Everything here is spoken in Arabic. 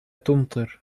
تمطر